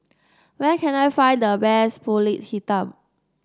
where can I find the best pulut Hitam